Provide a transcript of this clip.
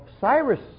Cyrus